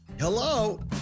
Hello